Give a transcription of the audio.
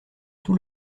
tout